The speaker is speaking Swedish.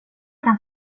kan